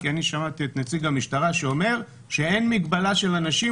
כי אני שמעתי את נציג המשטרה שאומר שאין מגבלה של אנשים,